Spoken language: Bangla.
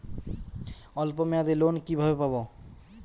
অল্প মেয়াদি লোন কিভাবে পাব?